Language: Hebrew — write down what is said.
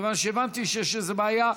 כיוון שהבנתי שיש איזו בעיה,